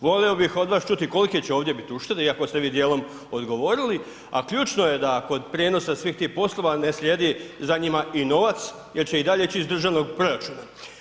Volio bih od vas čuti kolike će ovdje biti uštede iako ste vi djelom odgovorili, a ključno je da kod prijenosa svih tih poslova ne slijedi za njima i novac jer će i dalje ići iz državnog proračuna.